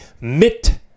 MIT